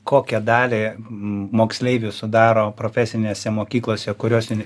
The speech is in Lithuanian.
kokią dalį moksleivių sudaro profesinėse mokyklose kuriose